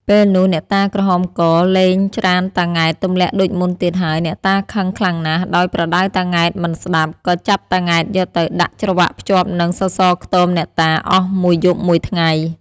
ពេលនោះអ្នកតាក្រហមក លែងច្រានតា ង៉ែត ទម្លាក់ដូចមុនទៀតហើយ អ្នកតាខឹងខ្លាំងណាស់ ដោយប្រដៅតា ង៉ែត មិនស្តាប់ ក៏ចាប់តា ង៉ែត យកទៅ ដាក់ច្រវាក់ភ្ជាប់នឹងសសរខ្ទមអ្នកតា អស់មួយយប់មួយថ្ងៃ ។